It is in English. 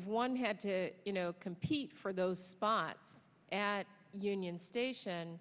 one had to you know compete for those spot at union station